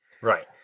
Right